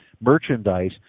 merchandise